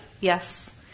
Yes